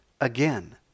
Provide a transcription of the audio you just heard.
Again